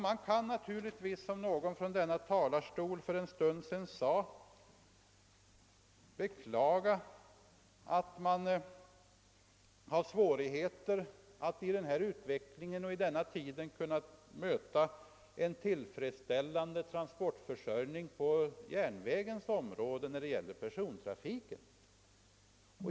Man kan naturligtvis, som någon för en stund sedan sade från denna talarstol, beklaga att man i denna utveckling och i denna tid har svårigheter att tillgodose en tillfredsställande transportförsörjning på persontrafikens område med hjälp av järnvägarna.